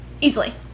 easily